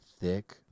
thick